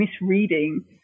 misreading